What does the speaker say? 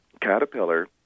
caterpillar